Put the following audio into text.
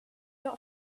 dot